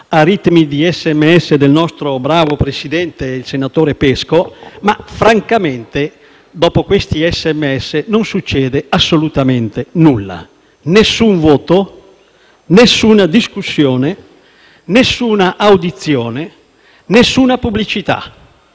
con gli SMS del nostro bravo presidente, senatore Pesco, ma francamente dopo questi SMS non succede assolutamente nulla: nessun voto, nessuna discussione, nessuna audizione, nessuna pubblicità.